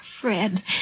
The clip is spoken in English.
Fred